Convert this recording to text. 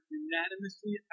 unanimously